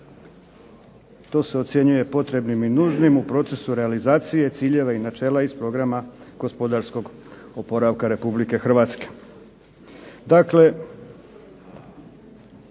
to se ocjenjuje potrebnim i nužnim u procesu realizacije, ciljeva i načela iz programa gospodarskog oporavka Republike Hrvatske.